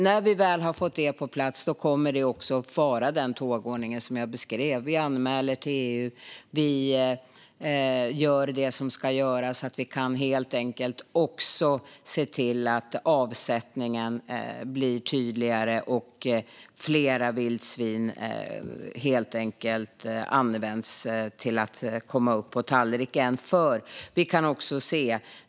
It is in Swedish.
När vi väl har fått detta på plats kommer det att vara den tågordning som jag beskrev: Vi anmäler till EU och gör det som ska göras, så att vi kan se till att avsättningen blir tydligare och att fler vildsvin kommer upp på tallrikarna.